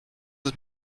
ist